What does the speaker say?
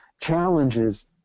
challenges